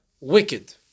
wicked